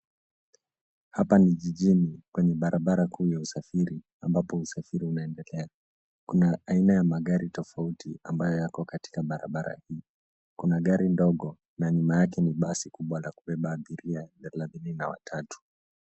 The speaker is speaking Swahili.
Hapa ni jijini kwenye barabara kuu ya usafiri ambapo usafiri unaendelea. Kuna aina ya magari tofauti ambayo yako katika barabara hii. Kuna gari ndogo na nyuma yake ni basi kubwa ya kubeba abiria thelathini na watatu.